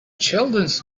children’s